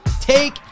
take